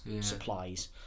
supplies